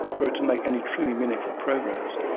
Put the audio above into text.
were it to make any truly meaningful progress,